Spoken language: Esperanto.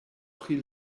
pri